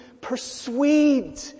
persuade